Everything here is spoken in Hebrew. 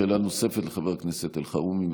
שאלה נוספת לחבר הכנסת אלחרומי.